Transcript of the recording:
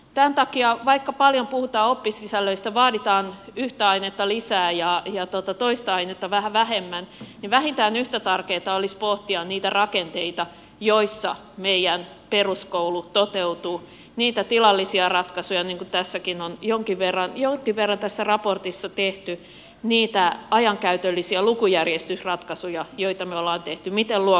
tämän takia vaikka paljon puhutaan oppisisällöistä vaaditaan yhtä ainetta lisää ja toista ainetta vähän vähemmän niin vähintään yhtä tärkeätä olisi pohtia niitä rakenteita joissa meidän peruskoulu toteutuu niitä tilallisia ratkaisuja niin kuin on jonkin verran tässäkin raportissa tehty niitä ajankäytöllisiä lukujärjestysratkaisuja joita me olemme tehneet miten luokat järjestyvät